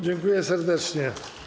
Dziękuję serdecznie.